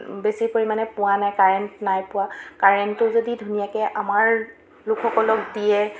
বেছি পৰিমাণে পোৱা নাই কাৰেণ্ট নাই পোৱা কাৰেণ্টটো যদি ধুনীয়াকৈ আমাৰ লোকসকলক দিয়ে